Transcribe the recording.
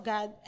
God